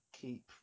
keep